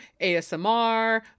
ASMR